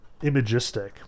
imagistic